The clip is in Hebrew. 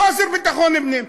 חוסר ביטחון פנים: